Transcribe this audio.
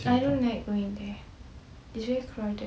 I don't like going there it's very crowded